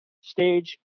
stage